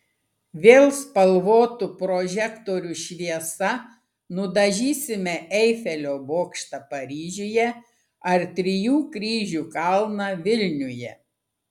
vėl spalvotų prožektorių šviesa nudažysime eifelio bokštą paryžiuje ar trijų kryžių kalną vilniuje